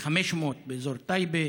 500 באזור טייבה,